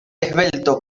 esbelto